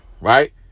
right